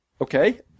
Okay